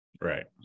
Right